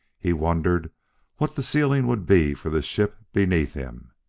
he wondered what the ceiling would be for the ship beneath him.